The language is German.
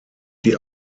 die